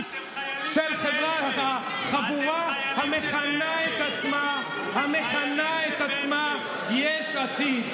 הזדונית של החבורה המכנה את עצמה יש עתיד.